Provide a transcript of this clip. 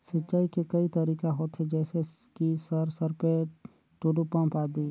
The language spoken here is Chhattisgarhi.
सिंचाई के कई तरीका होथे? जैसे कि सर सरपैट, टुलु पंप, आदि?